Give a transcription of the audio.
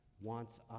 wants